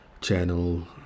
channel